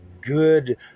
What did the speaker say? good